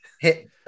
hit